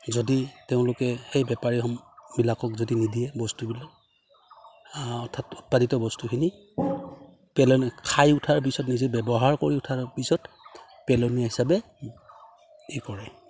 যদি তেওঁলোকে সেই বেপাৰী সমবিলাকক যদি নিদিয়ে বস্তুবিলাক অৰ্থাৎ উৎপাদিত বস্তুখিনি পেলন খাই উঠাৰ পিছত নিজে ব্যৱহাৰ কৰি উঠাৰ পিছত পেলনি হিচাপে ই কৰে